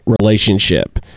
relationship